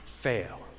fail